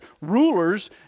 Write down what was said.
rulers